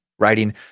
writing